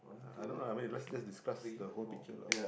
I don't know lah maybe let's just discuss the whole picture lah